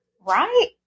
Right